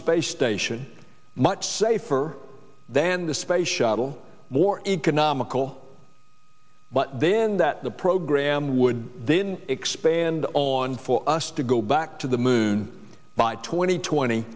space station much safer than the space shuttle more economical but then that the program would then expand on for us to go back to the moon by tw